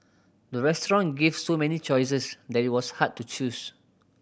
the restaurant gave so many choices that it was hard to choose